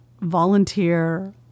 volunteer